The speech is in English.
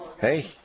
Hey